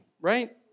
right